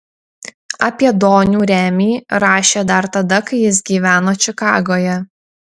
apie donių remį rašė dar tada kai jis gyveno čikagoje